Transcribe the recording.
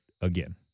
again